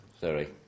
Sorry